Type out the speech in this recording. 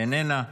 איננה,